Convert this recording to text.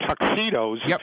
tuxedos